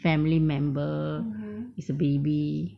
family member it's a baby